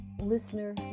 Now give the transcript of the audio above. listener